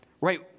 right